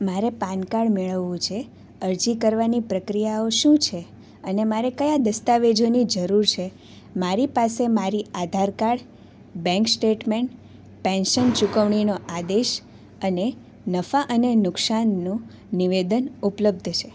મારે પાનકાડ મેળવવું છે અરજી કરવાની પ્રક્રિયાઓ શું છે અને મારે કયા દસ્તાવેજોની જરૂર છે મારી પાસે મારી Aadhaar card bank statement pension ચૂકવણીનો આદેશ અને નફા અને નુકસાનનું નિવેદન ઉપલબ્ધ છે